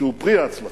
שהוא פרי ההצלחה.